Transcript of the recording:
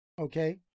okay